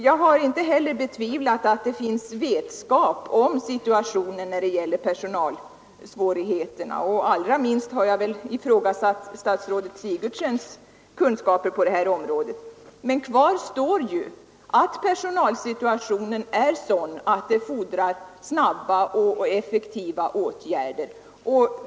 Jag har inte heller betvivlat att det finns vetskap om situationen när det gäller personalsvårigheterna, och allra minst har jag ifrågasatt statsrådet Sigurdsens kunskaper på området, men kvar står att kommunernas situation är sådan att det fordras snabba och effektiva åtgärder.